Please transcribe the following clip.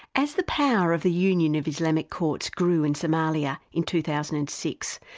as the power of the union of islamic courts grew in somalia in two thousand and six,